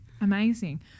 Amazing